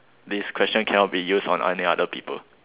this question cannot be used on any other people